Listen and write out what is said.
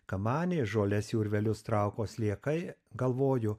kamanė žoles į urvelius trauko sliekai galvoju